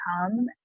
come